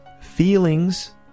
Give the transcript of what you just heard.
Feelings